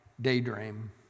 daydream